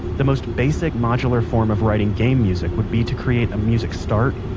the most basic modular form of writing game music would be to create a music start,